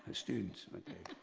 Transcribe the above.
students, okay.